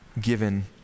given